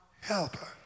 helper